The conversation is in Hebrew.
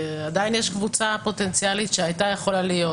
עדיין יש קבוצה פוטנציאלית שהייתה יכולה להיות,